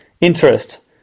interest